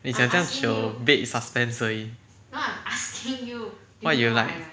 你讲这样久 bad suspense 而已 what you like